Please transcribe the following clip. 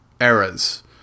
eras